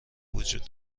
وجود